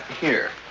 here.